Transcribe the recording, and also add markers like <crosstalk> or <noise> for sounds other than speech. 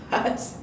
us <laughs>